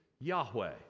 Yahweh